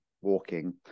walking